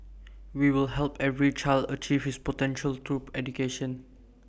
we will help every child achieve his potential through education